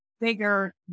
bigger